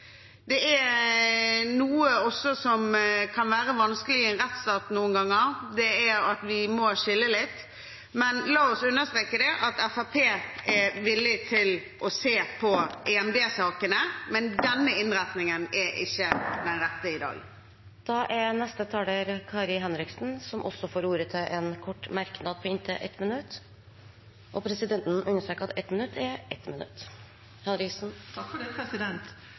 Noe som kan være vanskelig i en rettsstat noen ganger, er at vi må skille litt, men la meg understreke det: Fremskrittspartiet er villig til å se på EMD-sakene , men denne innretningen er ikke den rette i dag. Representanten Kari Henriksen har hatt ordet to ganger tidligere og får ordet til en kort merknad, begrenset til 1 minutt – og presidenten understreker at 1 minutt er 1 minutt.